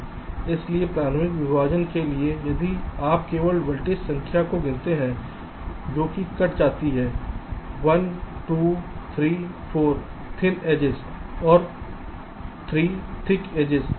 इसलिए प्रारंभिक विभाजन के लिए यदि आप केवल वेर्तिसेस संख्याओं को गिनते हैं जो कि कट जाती हैं 1 2 3 4 थिन एड्जेस और 3 थिक एड्जेस